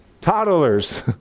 Toddlers